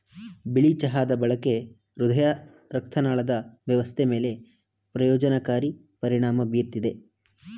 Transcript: ಬಿಳಿ ಚಹಾದ ಬಳಕೆ ಹೃದಯರಕ್ತನಾಳದ ವ್ಯವಸ್ಥೆ ಮೇಲೆ ಪ್ರಯೋಜನಕಾರಿ ಪರಿಣಾಮ ಬೀರ್ತದೆ